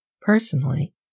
Personally